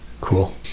Cool